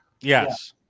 Yes